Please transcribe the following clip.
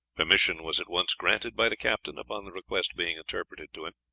permission was at once granted by the captain, upon the request being interpreted to him.